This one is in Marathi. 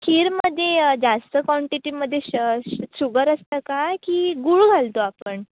खीरमध्ये जास्त काँटिटीमध्ये श शु शुगर असतं का की गूळ घालतो आपण